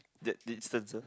that the instance ah